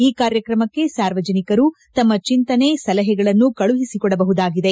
ಈ ಕಾರ್ಯಕ್ರಮಕ್ಕೆ ಸಾರ್ವಜನಿಕರು ತಮ್ಮ ಚಿಂತನೆ ಸಲಹೆಗಳನ್ನು ಕಳುಹಿಸಿಕೊಡಬಹುದಾಗಿದೆ